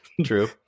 True